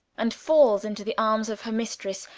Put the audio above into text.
and falls into the arms of her mistress,